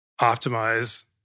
optimize